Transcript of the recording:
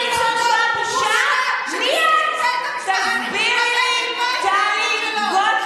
לפני שבועיים חבורה של חוליגנים זרקה אבן וניפצה את חלון ביתו